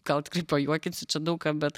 gal tikrai pajuokinsiu čia daug ką bet